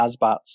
Asbats